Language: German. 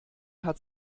hat